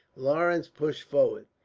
lawrence pushed forward.